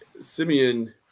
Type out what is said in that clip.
simeon